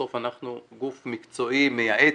בסוף אנחנו גוף מקצועי, מייעץ.